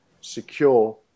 secure